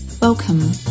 Welcome